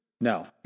No